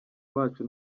bacu